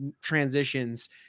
transitions